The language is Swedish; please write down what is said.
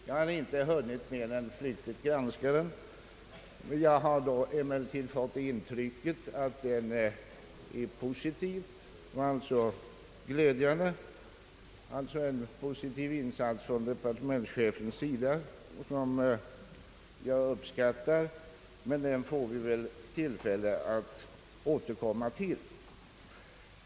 Jag har inte hunnit mer än flyktigt granska den, men jag har ändå fått intrycket att den är positiv, och det är glädjande. Det är alltså en positiv insats från departementschefens sida som jag uppskattar, men den får vi tillfälle att återkomma till.